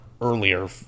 earlier